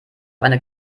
eine